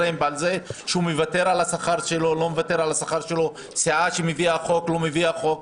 גם לוותר בלי חוק.